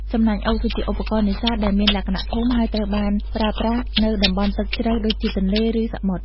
សំណាញ់អូស គឺជាឧបករណ៍នេសាទដែលមានលក្ខណៈធំ ហើយត្រូវបានប្រើប្រាស់នៅតំបន់ទឹកជ្រៅដូចជាទន្លេ ឬសមុទ្រ។